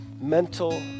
mental